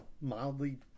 mildly